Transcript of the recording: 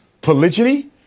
polygyny